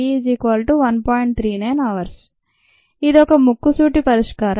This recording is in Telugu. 39 గంటలు ఇది ఒక ముక్కుసూటి పరిష్కారం